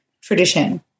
tradition